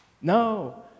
No